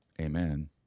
amen